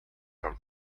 come